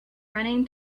running